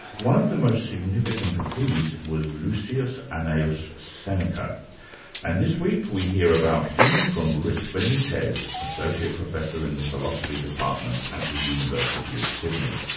one of the most significant of these was lucius annaeus seneca and this week we hear about him from rick benitez, associate professor in the philosophy department at the university of sydney.